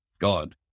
God